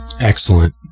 excellent